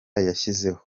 yashyizeho